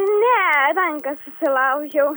ne ranką susilaužiau